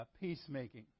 peacemaking